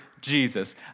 Jesus